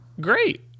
Great